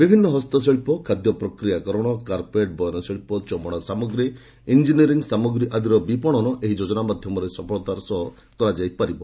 ବିଭିନ୍ନ ହସ୍ତଶିଳ୍ପ ଖାଦ୍ୟପ୍ରକ୍ରିୟା କରଣ କାରପେଟ୍ ବୟନଶିଳ୍ପ ଚମଡ଼ା ସାମଗ୍ରୀ ଇଞ୍ଜିନିୟରିଂ ସାମଗ୍ରୀ ଆଦିର ବିପଣନ ଏହି ଯୋଜନା ମାଧ୍ୟମରେ ସଫଳତାର ସହ କରାଯାଇ ପାରିବ